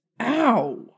Ow